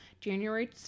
january